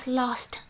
lost